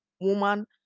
woman